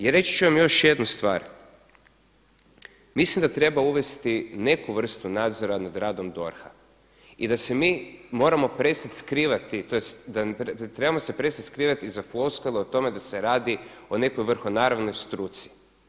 I reći ću vam još jednu stvar, mislim da treba uvesti neku vrstu nadzor nad radom DORH-a i da se mi moramo prestati skrivati, tj. trebamo se prestati skrivati iz floskule o tome da se radi o nekoj vrhonaravnoj struci.